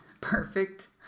perfect